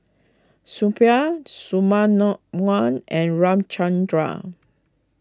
Suppiah Shunmunoone and Ramchundra